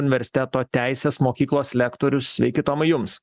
universiteto teisės mokyklos lektorius sveiki tomai jums